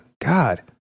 God